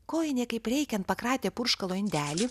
kojinė kaip reikiant pakratė purškalo indelį